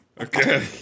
Okay